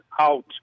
out